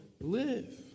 live